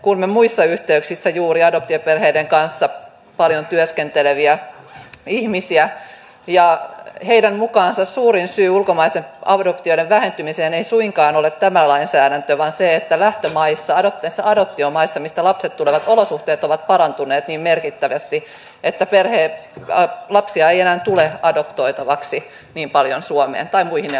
kuulimme muissa yhteyksissä juuri adoptioperheiden kanssa paljon työskenteleviä ihmisiä ja heidän mukaansa suurin syy ulkomaisten adoptioiden vähentymiseen ei suinkaan ole tämä lainsäädäntö vaan se että lähtömaissa adoptiomaissa mistä lapset tulevat olosuhteet ovat parantuneet niin merkittävästi että lapsia ei enää tule adoptoitavaksi niin paljon suomeen tai muihin euroopan maihin